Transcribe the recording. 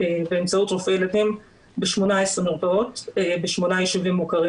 באמצעות רופאי ילדים ב-18 מרפאות ב-8 ישובים מוכרים